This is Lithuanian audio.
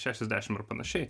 šešiasdešimt ar panašiai